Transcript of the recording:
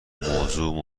موضوع